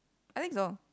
I think so